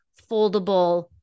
foldable